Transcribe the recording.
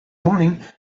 morning